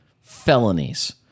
felonies